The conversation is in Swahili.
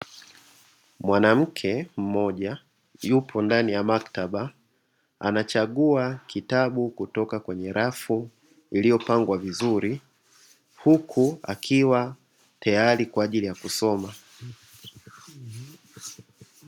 Mwanamke mmoja yupo ndani ya maktaba anachagua kitabu kutoka kwenye rafu iliyopangwa vizuri, huku akiwa tayari kwa ajili ya kusoma.